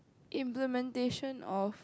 implementation of